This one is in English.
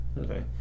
okay